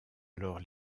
alors